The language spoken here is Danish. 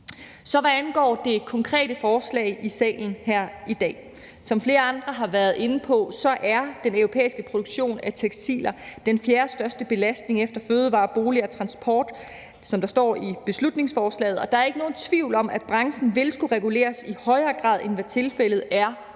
Så hvad angår det konkrete forslag i salen her i dag: Som flere andre har været inde på, og som der står i beslutningsforslaget, er den europæiske produktion af tekstiler den fjerdestørste belastning efter fødevarer, boliger og transport. Der er ikke nogen tvivl om, at branchen vil skulle reguleres i højere grad, end hvad tilfældet er